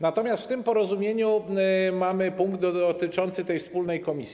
Natomiast w tym porozumieniu mamy punkt dotyczący tej wspólnej komisji.